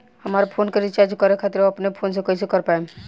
हमार फोन के रीचार्ज करे खातिर अपने फोन से कैसे कर पाएम?